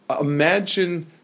imagine